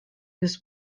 this